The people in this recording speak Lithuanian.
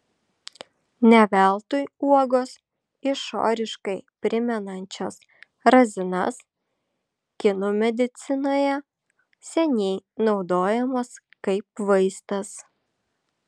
ne veltui uogos išoriškai primenančios razinas kinų medicinoje seniai naudojamos kaip vaistas